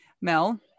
Mel